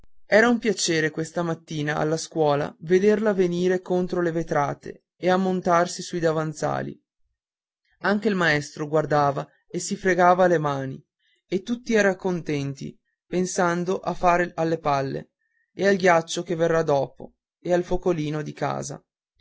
era un piacere questa mattina alla scuola vederla venire contro le vetrate e ammontarsi sui davanzali anche il maestro guardava e si fregava le mani e tutti eran contenti pensando a fare alle palle e al ghiaccio che verrà dopo e al focolino di casa